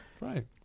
Right